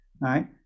right